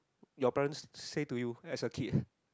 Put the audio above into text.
your parents say to you as a kid